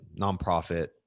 nonprofit